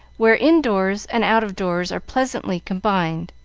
where in-doors and out-of-doors are pleasantly combined.